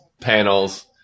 panels